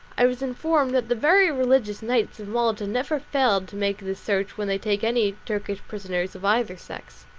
i was informed that the very religious knights of malta never fail to make this search when they take any turkish prisoners of either sex.